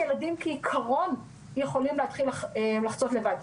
הילדים כעקרון יכולים להתחיל לחצות לבד.